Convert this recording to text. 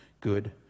good